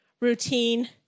routine